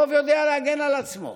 רוב יודע להגן על עצמו.